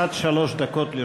עד שלוש דקות לרשותך.